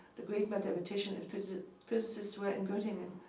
the great mathematicians and physicists physicists were in gottingen.